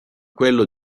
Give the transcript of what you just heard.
quello